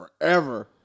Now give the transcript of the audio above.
forever